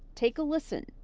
take a listen.